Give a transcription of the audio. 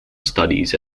studies